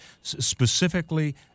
specifically